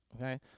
Okay